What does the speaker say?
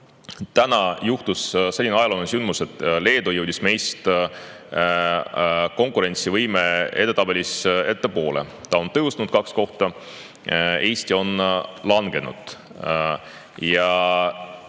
Täna juhtus selline ajalooline sündmus, et Leedu jõudis meist konkurentsivõime edetabelis ettepoole – ta on tõusnud kaks kohta, Eesti on langenud.